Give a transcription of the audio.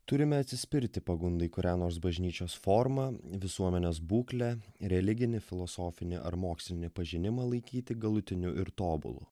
turime atsispirti pagundai kurią nors bažnyčios formą visuomenės būklę religinį filosofinį ar mokslinį pažinimą laikyti galutiniu ir tobulu